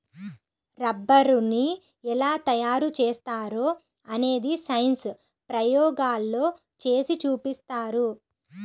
రబ్బరుని ఎలా తయారు చేస్తారో అనేది సైన్స్ ప్రయోగాల్లో చేసి చూపిస్తారు